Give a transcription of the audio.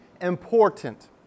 important